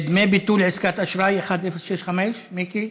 דמי ביטול עסקת אשראי, שאילתה מס' 1065. מיקי.